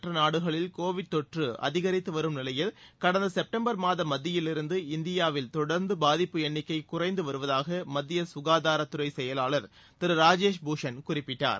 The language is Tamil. மற்றநாடுகளில் கோவிட் தொற்றுஅதிகரித்துவரும் நிலையில் கடந்தசெப்டம்பர் உலகின் மாதமத்தியிலிருந்து இந்தியாவில் தொடர்ந்துபாதிப்பு எண்ணிக்கைகுறைந்துவருவதாகமத்தியககாதாரத்துறைசெயலாளர் திருராஜேஷ்பூஷன் குறிப்பிட்டார்